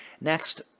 Next